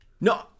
No